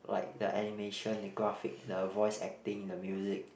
like the animation the graphic the voice acting the music